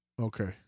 Okay